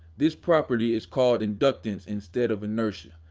this property is called inductance instead of inertia.